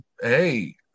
Hey